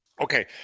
Okay